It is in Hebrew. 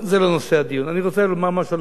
אני רוצה לומר משהו על נושא הדיון בכל זאת,